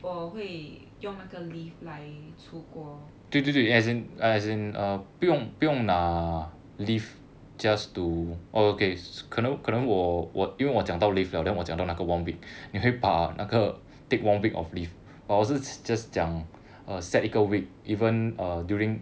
我会用那个 leave 来出国